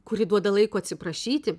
kuri duoda laiko atsiprašyti